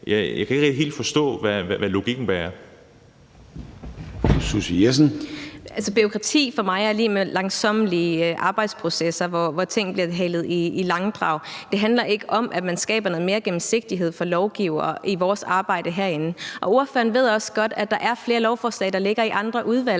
Fru Susie Jessen. Kl. 16:08 Susie Jessen (DD): Bureaukrati er for mig lig med langsommelige arbejdsprocesser, hvor ting bliver trukket i langdrag. Det handler ikke om, at man skaber noget mere gennemsigtighed for lovgivere i vores arbejde herinde. Ordføreren ved også godt, at der er flere lovforslag, der ligger i andre udvalg,